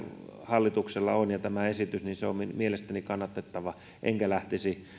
hallituksella on tämä esitys on mielestäni kannatettava enkä lähtisi